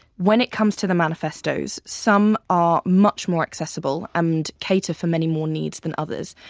when it comes to the manifestos, some are much more accessible and cater for many more needs than others.